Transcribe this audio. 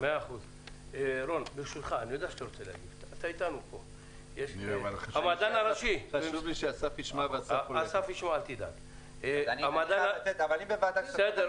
אני צריך לצאת, אני בוועדת הכספים.